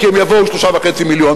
כי הם יבואו 3.5 מיליון.